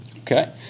okay